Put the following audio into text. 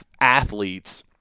athletes